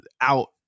out